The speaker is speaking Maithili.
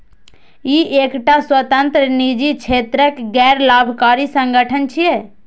ई एकटा स्वतंत्र, निजी क्षेत्रक गैर लाभकारी संगठन छियै